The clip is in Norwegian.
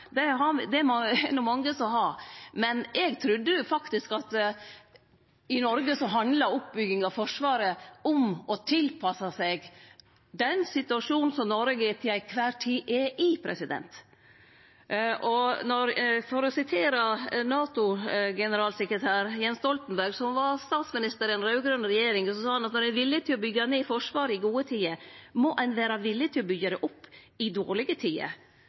det er det no mange som har, men eg trudde faktisk at i Noreg handla oppbygginga av Forsvaret om å tilpasse seg den situasjonen som Noreg til kvar tid er i. La meg vise til NATOs generalsekretær Jens Stoltenberg, for då han var statsminister i den raud-grøne regjeringa, sa han at når ein er villig til å byggje ned Forsvaret i gode tider, må ein vere villig til å byggje det opp i dårlege tider,